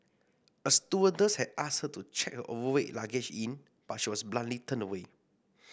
a stewardess had asked her to check her overweight luggage in but she was bluntly turned away